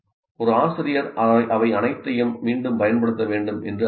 ஒரு ஆசிரியர் அவை அனைத்தையும் மீண்டும் பயன்படுத்த வேண்டும் என்று அர்த்தமல்ல